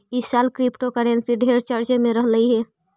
ई साल क्रिप्टोकरेंसी ढेर चर्चे में रहलई हे